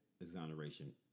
exoneration